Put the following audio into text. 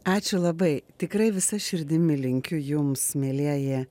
ačiū labai tikrai visa širdimi linkiu jums mielieji